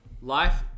Life